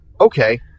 okay